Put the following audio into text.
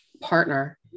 partner